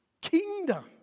kingdom